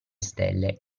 stelle